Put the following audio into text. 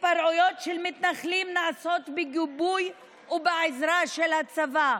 התפרעויות של מתנחלים נעשות בגיבוי ובעזרה של הצבא.